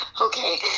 okay